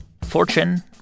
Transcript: fortune